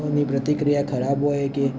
ની પ્રતિક્રિયા ખરાબ હોય કે